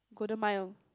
Golden-Mile